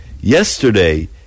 Yesterday